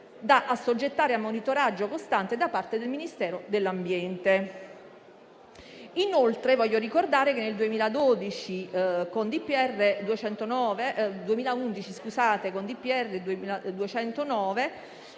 da assoggettare a monitoraggio costante da parte del Ministero dell'ambiente. Inoltre, voglio ricordare che nel 2011, con decreto